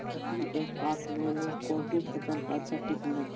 P एक आठ नौ नौ कौन सी फसल का अच्छा किस्म हैं?